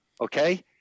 Okay